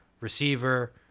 receiver